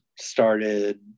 started